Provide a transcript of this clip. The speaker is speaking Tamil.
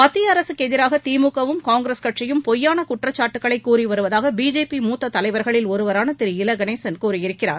மத்திய அரசுக்கு எதிராக திமுக வும் காங்கிரஸ் கட்சியும் பொய்யான குற்றச்சாட்டுகளை கூறி வருவதாக பிஜேபி மூத்தத் தலைவர்களில் ஒருவரான திரு இல கணேசன் கூறியிருக்கிறார்